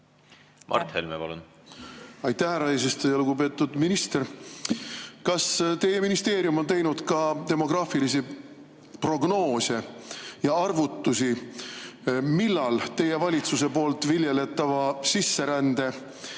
Mart Helme, palun! Aitäh, härra eesistuja! Lugupeetud minister! Kas teie ministeerium on teinud ka demograafilisi prognoose ja arvutusi, millal teie valitsuse viljeletava sisserände